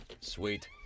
Sweet